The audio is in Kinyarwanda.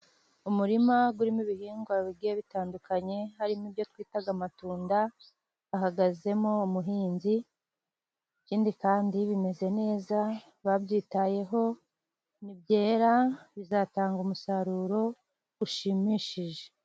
Umurima urimo ibihingwa bigiye bitandukanye harimo ibyo twita amatunda , hahagazemo umuhinzi . Ikindi kandi bimeze neza babyitayeho nibyera bizatanga umusaruro ushimishije.